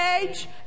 age